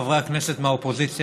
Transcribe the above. חברי הכנסת מהאופוזיציה,